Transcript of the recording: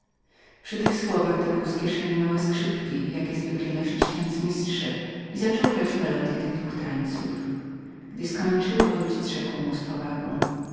przy tych słowach dobył z kieszeni małe skrzypki jakie zwykli nosić tancmistrze i zaczął grać melodye tych dwóch tańców gdy skończył mój ojciec rzekł mu